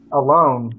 alone